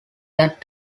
that